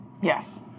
Yes